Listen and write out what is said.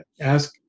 ask